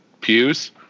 pews